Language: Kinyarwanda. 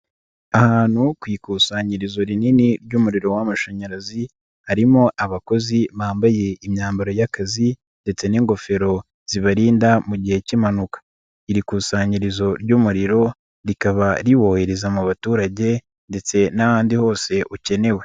Ahantu ku ikusanyirizo rinini ry'umuriro w'amashanyarazi harimo abakozi bambaye imyambaro y'akazi ndetse n'ingofero zibarinda mu gihe cy'impanuka, iri kusanyirizo ry'umuriro rikaba riwohereza mu baturage ndetse n'ahandi hose ukenewe.